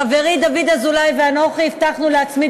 חברי דוד אזולאי ואנוכי הבטחנו להצמיד